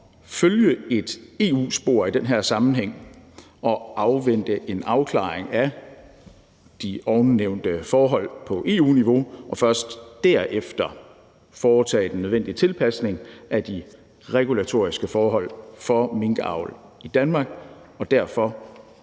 følge et EU-spor i den her sammenhæng og afvente en afklaring af de ovennævnte forhold på EU-niveau og først derefter foretage den nødvendige tilpasning af de regulatoriske forhold for minkavl i Danmark. Derfor